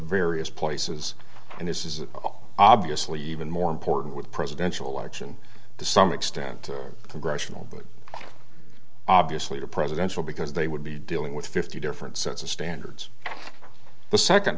various places and this is obviously even more important with a presidential election to some extent congressional but obviously the presidential because they would be dealing with fifty different sets of standards the second